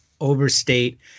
overstate